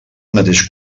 mateix